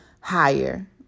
higher